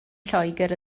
lloegr